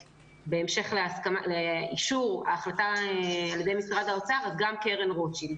ובהמשך לאישור ההחלטה על ידי משרד האוצר אז גם קרן רוטשילד.